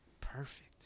perfect